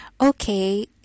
okay